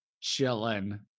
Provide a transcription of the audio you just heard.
chilling